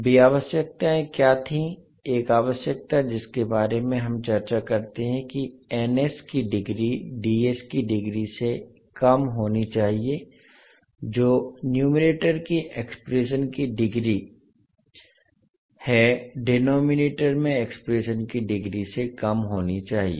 वे आवश्यकताएं क्या थीं एक आवश्यकता जिसके बारे में हम चर्चा करते हैं कि की डिग्री की डिग्री से कम होनी चाहिए जो न्यूमेरेटर की एक्सप्रेशन की डिग्री है डिनोमिनेटर में एक्सप्रेशन की डिग्री से कम होनी चाहिए